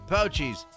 Pouchies